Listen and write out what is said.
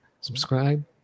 subscribe